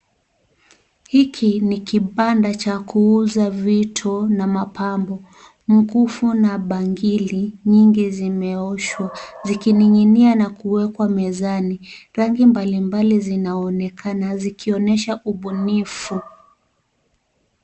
Hiki ni kibanda cha kuuza vitu na mapambo, mkufu na bangili nyingi zimeoshwa zikining'inia na kuwekwa mezani rangi mbali mbalia zinaonekana zikionyesha ubunifu.